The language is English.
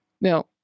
Now